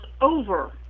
over